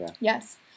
Yes